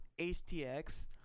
HTX